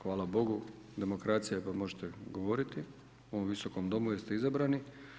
Hvala Bogu demokracija je, pa možete govoriti u ovom Visokom domu jer ste izabrani.